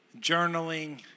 journaling